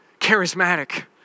charismatic